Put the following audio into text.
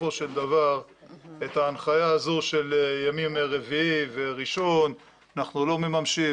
בסופו של דבר את ההנחיה של ימים רביעי וראשון אנחנו לא מממשים.